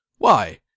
Why